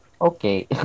okay